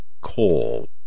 coal